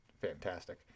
fantastic